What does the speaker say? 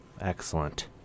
Excellent